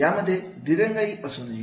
यामध्ये दिरंगाई असू नये